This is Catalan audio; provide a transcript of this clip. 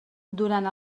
durant